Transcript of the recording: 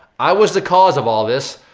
i was the cause of all this,